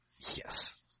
Yes